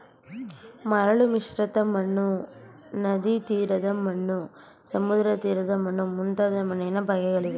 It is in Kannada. ಮರಳು ಮಿಶ್ರಿತ ಮಣ್ಣು, ನದಿತೀರದ ಮಣ್ಣು, ಸಮುದ್ರತೀರದ ಮಣ್ಣು ಮುಂತಾದ ಮಣ್ಣಿನ ಬಗೆಗಳಿವೆ